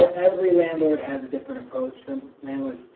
every landlord has different approach. so landlords,